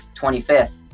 25th